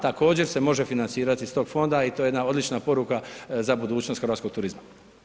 Također se može financirati iz tog fonda i to je jedna odlična poruka za budućnost hrvatskog turizma.